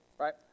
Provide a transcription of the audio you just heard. Right